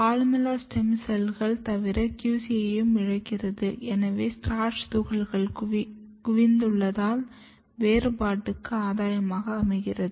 columella stem செல்கள் தவிர QC யையும் இழக்கிறது எனவே ஸ்டார்ச் துகள்கள் குவிந்துள்ளதால் வேறுபாட்டுக்கு ஆதாயமாக அமைகிறது